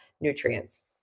nutrients